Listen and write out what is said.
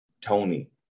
Tony